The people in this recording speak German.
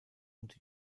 und